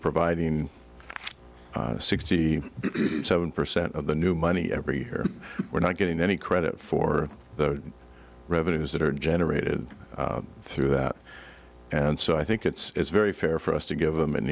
providing sixty seven percent of the new money every year we're not getting any credit for the revenues that are generated through that and so i think it's very fair for us to give them an